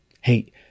hey